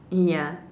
ya